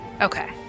okay